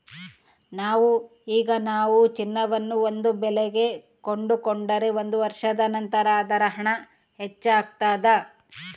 ಈಗ ನಾವು ಚಿನ್ನವನ್ನು ಒಂದು ಬೆಲೆಗೆ ಕೊಂಡುಕೊಂಡರೆ ಒಂದು ವರ್ಷದ ನಂತರ ಅದರ ಹಣ ಹೆಚ್ಚಾಗ್ತಾದ